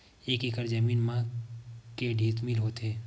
एक एकड़ जमीन मा के डिसमिल होथे?